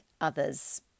others